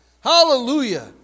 Hallelujah